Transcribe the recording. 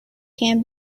can